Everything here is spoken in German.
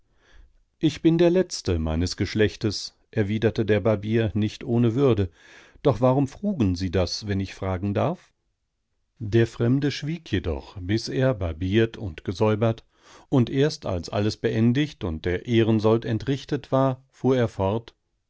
ich bin der letzte meines geschlechts erwiderte der barbier nicht ohne würde doch warum frugen sie das wenn ich fragen darf der fremde schwieg jedoch bis er barbiert und gesäubert und erst als alles beendigt und der ehrensold entrichtet war fuhr er fort